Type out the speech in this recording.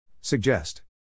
Suggest